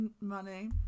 money